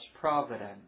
providence